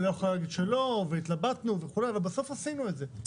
אני לא יכול להגיד שלא והתלבטנו וכו' אבל בסוף עשינו את זה,